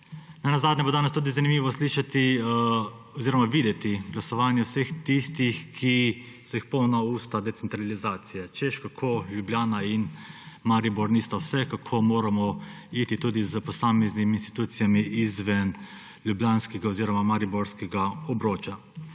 Nenazadnje bo danes tudi zanimivo slišati oziroma videti glasovanje vseh tistih, ki so jih polna usta decentralizacije, češ, kako Ljubljana in Maribor nista vse, kako moramo s posameznimi institucijami tudi izven ljubljanskega oziroma mariborskega obroča.